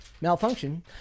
malfunction